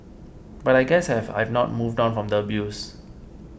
but I guess I have I've not moved on from the abuse